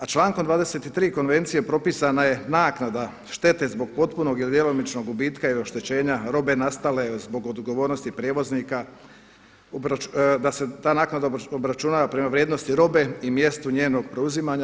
A člankom 23. konvencije propisana je naknada štete zbog potpunog ili djelomičnog gubitka i oštećenja robe nastale zbog odgovornosti prijevoznika, da se ta naknada obračunava prema vrijednosti robe i mjestu njenog preuzimanja.